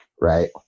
right